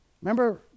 Remember